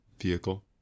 vehicle